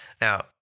Now